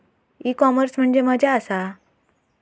E commerce म्हणजे मझ्या आसा?